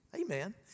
Amen